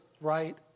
right